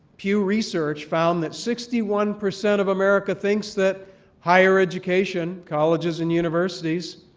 pew research found that sixty one percent of america thinks that higher education, colleges and universities,